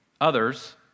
others